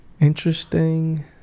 interesting